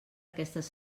aquestes